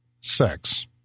sex